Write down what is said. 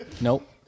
Nope